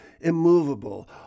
immovable